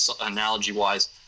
analogy-wise